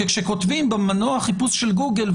כי כשכותבים במנוע החיפוש של גוגל,